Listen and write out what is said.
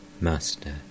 Master